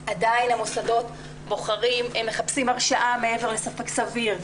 שהמוסדות עדיין המוסדות מחפשים הרשעה מעבר לספק סביר,